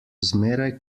zmeraj